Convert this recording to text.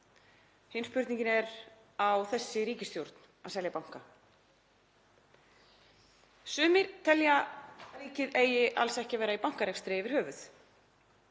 Hin spurningin er: Á þessi ríkisstjórn að selja banka? Sumir telja að ríkið eigi alls ekki að vera í bankarekstri yfir höfuð.